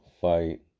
fight